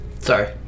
Sorry